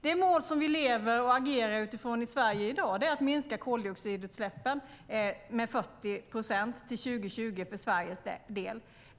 Det mål som vi lever och agerar utifrån i Sverige i dag är att minska koldioxidutsläppen med 40 procent till 2020 för Sveriges del.